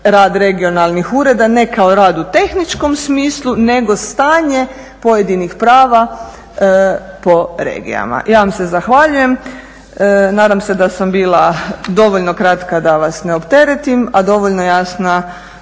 rad regionalnih ureda, ne kao rad u tehničkom smislu nego stanje pojedinih prava po regijama. Ja vam se zahvaljujem. Nadam se da sam bila dovoljno kratka da vas ne opteretim, a dovoljno jasna